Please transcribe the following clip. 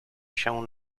się